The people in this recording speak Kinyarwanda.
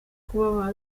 kuba